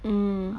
mm